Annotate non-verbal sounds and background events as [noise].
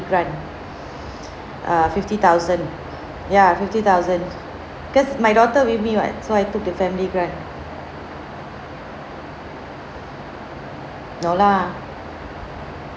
grant [breath] err fifty thousand ya fifty thousand cause my daughter with me [what] so I took the family grant no lah